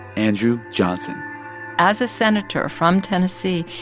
andrew johnson as a senator from tennessee,